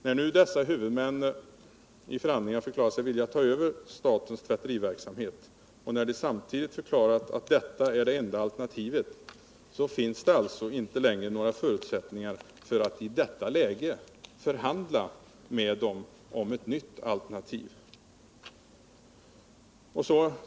När nu dessa huvudmän i förhandlingarna förklarade sig villiga att ta över statens tvätteriverksamhet och när de samtidigt förklarade att detta är det enda alternativet, finns det alltså inte längre några förutsättningar för att i detta läge förhandla med dem om ett nytt alternativ.